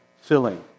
filling